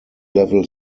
level